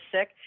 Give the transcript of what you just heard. sick